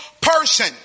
person